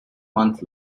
month